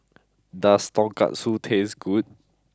does Tonkatsu taste good